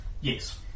Yes